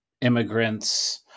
immigrants